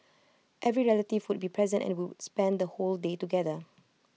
every relative would be present and we would spend the whole day together